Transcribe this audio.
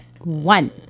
one